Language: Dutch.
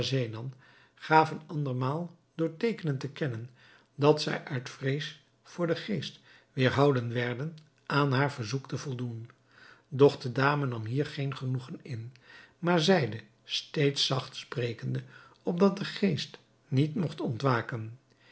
schahzenan gaven andermaal door teekenen te kennen dat zij uit vrees voor den geest weêrhouden werden aan haar verzoek te voldoen doch de dame nam hier geen genoegen in maar zeide steeds zacht sprekende opdat de geest niet mogt ontwaken